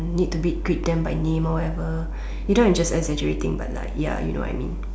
need to be greet them by name or whatever either its just exaggerating but like ya you know what I mean